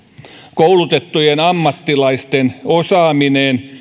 koulutettujen ammattilaisten osaaminen